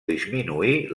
disminuir